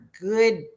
good